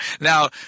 Now